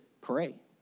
Pray